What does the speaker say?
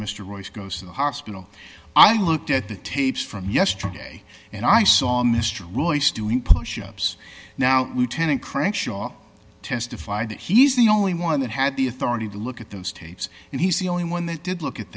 mr royce goes to the hospital i looked at the tapes from yesterday and i saw mr royce doing pushups now we turn in crenshaw testified that he's the only one that had the authority to look at those tapes and he's the only one that did look at